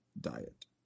Diet